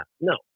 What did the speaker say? No